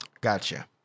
gotcha